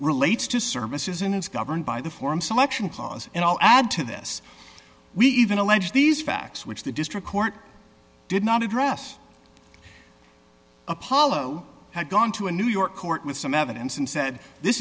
relates to services and is governed by the form selection clause and i'll add to this we even allege these facts which the district court did not address apollo had gone to a new york court with some evidence and said this